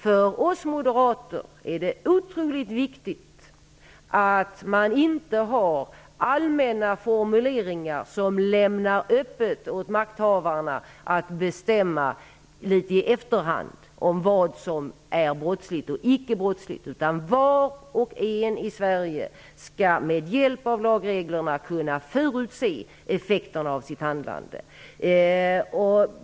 För oss moderater är det otroligt viktigt att inte ha allmänna formuleringar som lämnar öppet för makthavarna att litet i efterhand bestämma om vad som är brottsligt och icke brottsligt, utan var och en i Sverige skall med hjälp av lagreglerna kunna förutse effekten av sitt handlande.